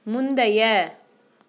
முந்தைய